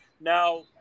now